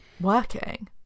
Working